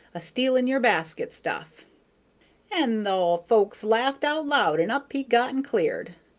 a-stealing your basket-stuff and the folks laughed out loud, and up he got and cleared.